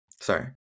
Sorry